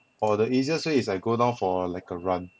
or the easiest way is I go down for like a run